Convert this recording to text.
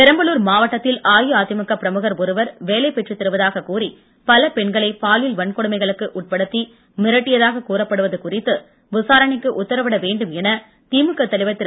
பெரம்பலூர் மாவட்டத்தில் அஇஅதிமுக பிரமுகர் ஒருவர் வேலை பெற்று தருவதாக கூறி பல பெண்களை பாலியல் வன்கொடுமைகளுக்கு உட்படுத்தி மிரட்டியதாக கூறப்படுவது குறித்து விசாரணைக்கு உத்தரவிட வேண்டும் என திமுக தலைவர் திரு